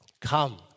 Come